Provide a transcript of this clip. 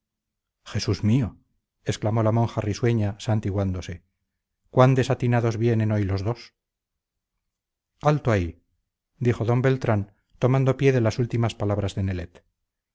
jesús mío exclamó la monja risueña santiguándose cuán desatinados vienen hoy los dos alto ahí dijo d beltrán tomando pie de las últimas palabras de